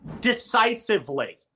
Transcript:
decisively